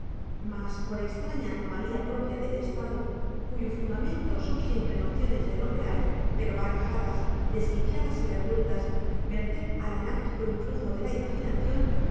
mas por extraña anomalía propia del estado cuyo fundamento son siempre nociones de lo real pero barajadas desquiciadas y revueltas merced al anárquico influjo de la imaginación